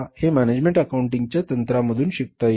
हे management accounting च्या तंत्रामधून शिकता येईल